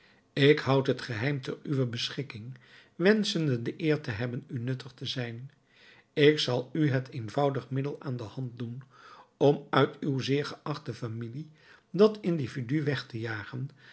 ik houd het geheim te uwer beschikking wenschende de eer te hebben u nuttig te zijn ik zal u het eenvoudig middel aan de hand doen om uit uw zeer geachte familie dat individu weg te jagen